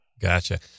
Gotcha